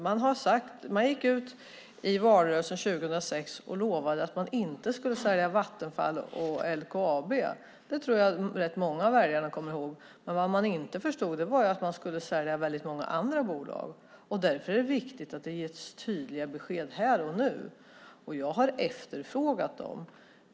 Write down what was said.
Man gick ut i valrörelsen 2006 och lovade att man inte skulle sälja Vattenfall och LKAB. Det tror jag att rätt många av väljarna kommer ihåg. Men vad många inte förstod var att man skulle sälja väldigt många andra bolag. Därför är det viktigt att det ges tydliga besked här och nu. Jag har efterfrågat dem.